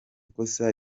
ikosa